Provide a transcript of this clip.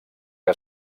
que